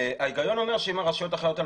ההיגיון אומר שאם הרשויות אחראיות על